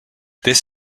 this